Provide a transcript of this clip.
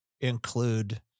include